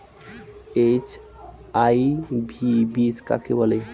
HYV বীজ কাকে বলে?